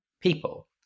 people